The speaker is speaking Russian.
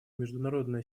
международная